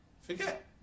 forget